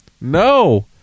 No